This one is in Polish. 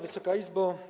Wysoka Izbo!